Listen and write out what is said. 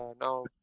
now